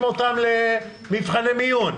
למבחני מיון,